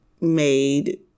made